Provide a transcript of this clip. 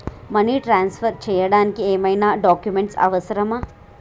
Money transfer చేయడానికి ఏమైనా documents అవసరమా?